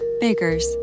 Baker's